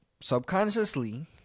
subconsciously